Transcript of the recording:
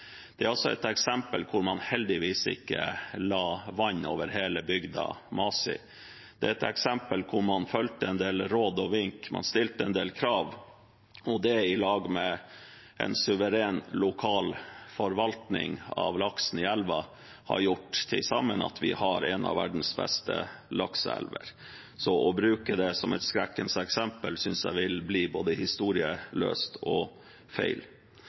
Det er også et eksempel hvor man heldigvis ikke la vann over hele bygda Masi. Det er et eksempel hvor man fulgte en del råd og vink, man stilte en del krav. Sammen med en suveren, lokal forvaltning av laksen i elven har det gjort at vi har en av verdens beste lakseelver. Så å bruke det som et skrekkens eksempel, synes jeg vil bli både historieløst og feil.